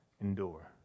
Endure